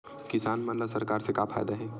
किसान मन ला सरकार से का फ़ायदा हे?